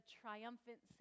triumphant